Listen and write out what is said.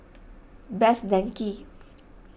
Best Denki